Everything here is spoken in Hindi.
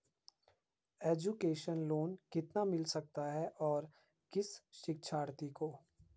एजुकेशन लोन कितना मिल सकता है और किस शिक्षार्थी को?